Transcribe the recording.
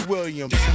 Williams